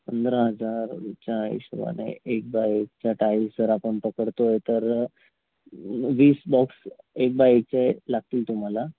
पंधरा हजारच्या हिशोबाने एक बाय एकचा टाईल्स जर आपण पकडतो आहे तर व वीस बॉक्स एक बाय एकचे लागतील तुम्हाला